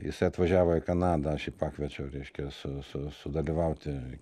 jisai atvažiavo į kanadą aš jį pakviečiau reiškia su su sudalyvauti